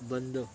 बंद